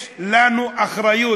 יש לנו אחריות,